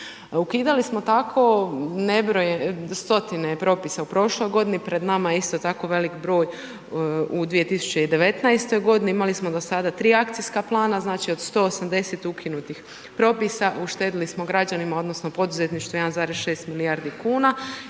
Ukidali smo tako nebrojene, stotine propisa u prošloj godini, pred nama je isto tako veliki broj u 2019. godini, imali smo do sada tri akcijska plana, znači od 180 ukinutih propisa uštedili smo građanima odnosno poduzetništvu 1,6 milijardi kuna,